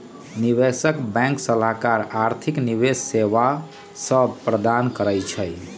निवेश बैंक सलाहकार आर्थिक निवेश सेवा सभ प्रदान करइ छै